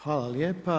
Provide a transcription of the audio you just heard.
Hvala lijepo.